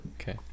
okay